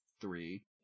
Three